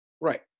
Right